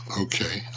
Okay